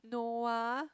Noah